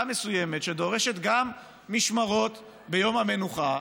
מסוימת שדורשת גם משמרות ביום המנוחה.